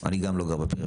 אני גם לא גר בפריפריה,